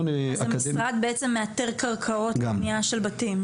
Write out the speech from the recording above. אז המשרד בעצם מאתר קרקעות לבנייה של בתי ספר,